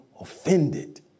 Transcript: offended